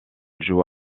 joue